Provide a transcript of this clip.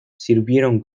sirvieron